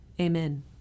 Amen